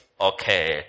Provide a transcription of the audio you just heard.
Okay